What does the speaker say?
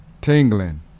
tingling